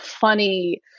funny